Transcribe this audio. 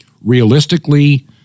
realistically